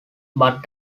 but